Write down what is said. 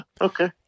okay